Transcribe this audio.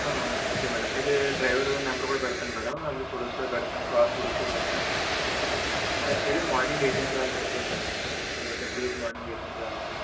okay madam అయితే driver number కూడా పెడతాను మేడం అలాగే ఫొటోస్ కూడా పెడతాను కార్ ఫొటోస్ కూడా పెడతాను అయితే మార్నింగ్ ఏ టైమ్కి రావాలో చెప్పలేదు మేడం మీరు అదే ట్వంటీ ఎయిత్ మార్నింగ్ ఏ టైమ్కి రావాలో